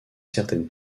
certaines